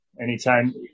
anytime